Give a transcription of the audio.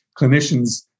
clinicians